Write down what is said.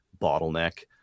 bottleneck